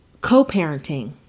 co-parenting